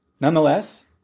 Nonetheless